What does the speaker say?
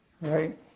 right